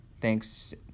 thanks